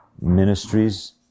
ministries